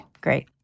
Great